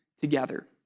together